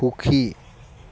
সুখী